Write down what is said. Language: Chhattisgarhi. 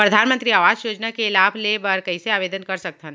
परधानमंतरी आवास योजना के लाभ ले बर कइसे आवेदन कर सकथव?